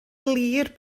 glir